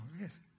yes